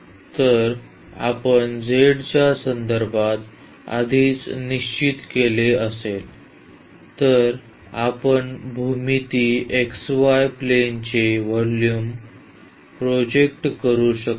जर आपण z च्या संदर्भात आधीच निश्चित केले असेल तर आपण भूमिती xy प्लेनचे व्हॉल्युम प्रोजेक्ट करू शकतो